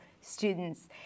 students